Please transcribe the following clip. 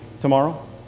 tomorrow